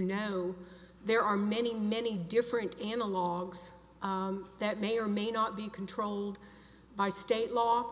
no there are many many different analogues that may or may not be controlled by state law